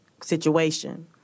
situation